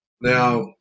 Now